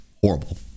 horrible